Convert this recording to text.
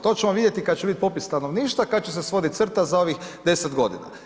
To ćemo vidjeti kad će biti popis stanovništva, kad će se svodit crta za ovih 10 godina.